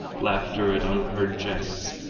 laughter at unheard jests,